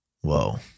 Whoa